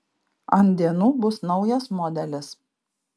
ant dienų bus naujas modelis